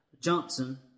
Johnson